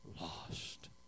Lost